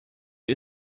you